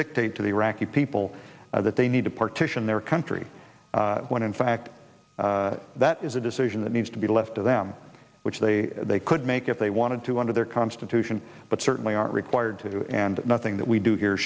dictate to the iraqi people that they need to partition their country when in fact that is a decision that needs to be left to them which they they could make if they wanted to under their constitution but certainly aren't required to do and nothing that we do here